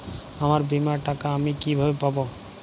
আমার বীমার টাকা আমি কিভাবে পাবো?